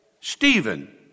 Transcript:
Stephen